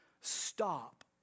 Stop